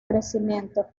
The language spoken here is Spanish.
crecimiento